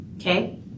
Okay